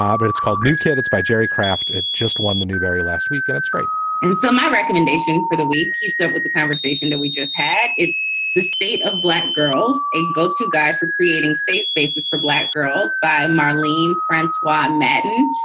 um but it's called new kid. that's by jerry craft. it just won the newbery last week and it's great and so my recommendation for the week keeps up with the conversation that we just had. it's the state of black girls. a go to guy for creating safe spaces for black girls by marleen friends, white men,